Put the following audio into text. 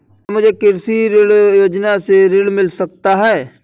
क्या मुझे कृषि ऋण योजना से ऋण मिल सकता है?